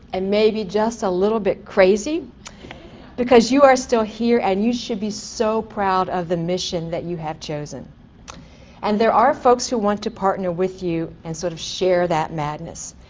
and maybe just a little bit crazy because you are still here and you should be so proud of the mission that you have chosen and there are folks who want to partner with you and sort of share that madness.